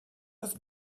das